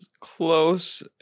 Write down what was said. close